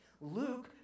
Luke